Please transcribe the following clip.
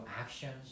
actions